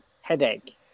headache